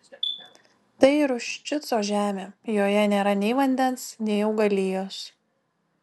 tai ruščico žemė joje nėra nei vandens nei augalijos